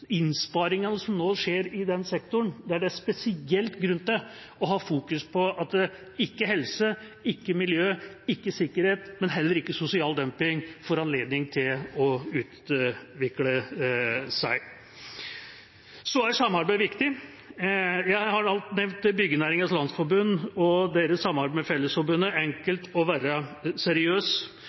innsparingene som nå skjer i den sektoren, der det er spesielt grunn til å ha fokus på at ikke-helse, ikke-miljø, ikke-sikkerhet, men heller ikke sosial dumping får anledning til å utvikle seg. Så er samarbeid viktig. Jeg har alt nevnt Byggenæringens Landsforening og deres samarbeid med Fellesforbundet, «Enkelt å være seriøs»,